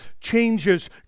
changes